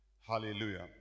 Hallelujah